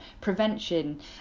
prevention